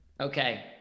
Okay